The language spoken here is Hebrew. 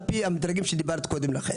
על פי המדרגים שדיברת קודם לכן.